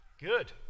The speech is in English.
Good